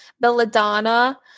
belladonna